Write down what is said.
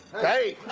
hey!